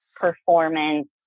performance